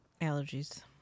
Allergies